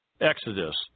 Exodus